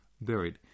buried